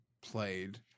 played